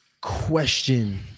Question